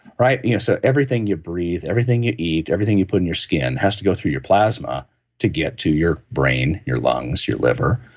right? you know so, everything you breathe, everything you eat, everything you put in your skin has to go through your plasma to get to your brain, your lungs, your liver.